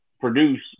produce